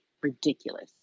Ridiculous